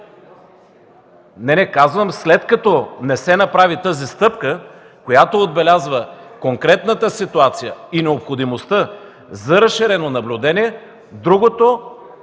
Не, не, казвам, след като не се направи стъпката, която отбелязва конкретната ситуация и необходимостта за разширено наблюдение, другото